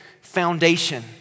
foundation